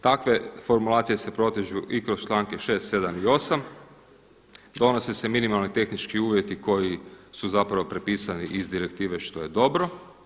Takve formulacije se protežu i kroz članke 6., 7., i 8. donose se minimalni tehnički uvjeti koji su prepisani iz direktive što je dobro.